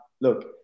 look